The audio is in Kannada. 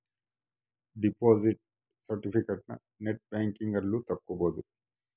ದೆಪೊಸಿಟ್ ಸೆರ್ಟಿಫಿಕೇಟನ ನೆಟ್ ಬ್ಯಾಂಕಿಂಗ್ ಅಲ್ಲು ತಕ್ಕೊಬೊದು